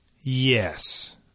yes